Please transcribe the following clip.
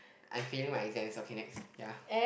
I'm failing my exams okay next ya